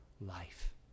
life